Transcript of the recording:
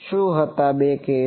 શું હતા બે કેસ